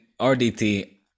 RDT